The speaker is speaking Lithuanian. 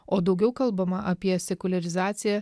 o daugiau kalbama apie sekuliarizaciją